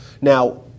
Now